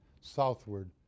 southward